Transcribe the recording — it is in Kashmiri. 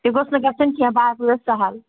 تہِ گوٚژھ نہٕ گژھُن کیٚنٛہہ باقٕے اوس سَہل